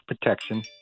protection